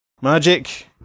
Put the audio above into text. Magic